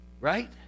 Right